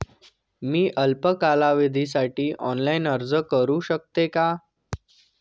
मी अल्प कालावधीसाठी ऑनलाइन अर्ज करू शकते का?